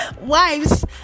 Wives